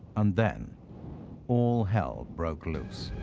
and then all hell broke loose.